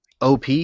op